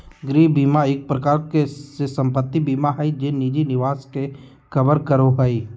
गृह बीमा एक प्रकार से सम्पत्ति बीमा हय जे निजी निवास के कवर करो हय